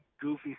goofy